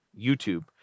YouTube